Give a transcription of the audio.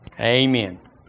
Amen